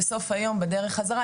בסוף היום בדרך חזרה,